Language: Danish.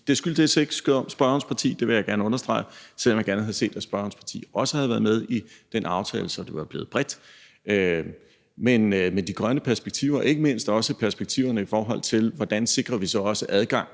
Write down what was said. Det skyldtes ikke spørgerens parti, det vil jeg gerne understrege, selv om jeg gerne havde set, at spørgerens parti også havde været med i den aftale, så det var blevet bredt. Men de grønne perspektiver – ikke mindst også perspektiverne, i forhold til hvordan vi sikrer adgang